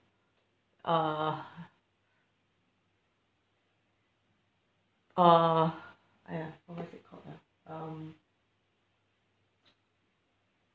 uh uh !aiya! forgot what is it called ah um